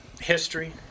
history